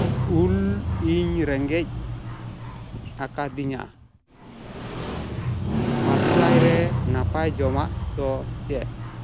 ᱚᱞᱤ ᱤᱧ ᱨᱮᱸᱜᱮᱡ ᱟᱠᱟᱫᱤᱧᱟᱹ ᱢᱟᱹᱫᱩᱨᱟᱭ ᱨᱮ ᱱᱟᱯᱟᱭ ᱡᱚᱢᱟᱜᱽ ᱫᱚ ᱪᱮᱫ